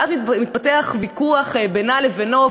ואז מתפתח ויכוח בינה לבינו,